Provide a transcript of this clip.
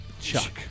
Chuck